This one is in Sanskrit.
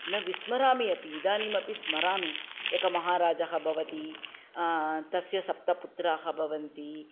न विस्मरामि अपि इदानीमपि स्मरामि एकः महाराजः भवति तस्य सप्तपुत्राः भवन्ति